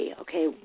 okay